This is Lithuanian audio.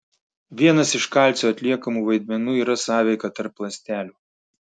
vienas iš kalcio atliekamų vaidmenų yra sąveika tarp ląstelių